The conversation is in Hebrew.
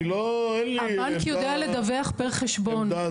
אני אין לי --- הבנק יודע לדווח פר חשבון.